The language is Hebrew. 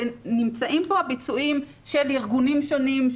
ונמצאים כאן הביצועים של ארגונים שונים,